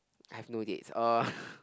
I have no dates uh